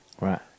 Right